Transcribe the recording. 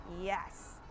Yes